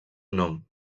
nom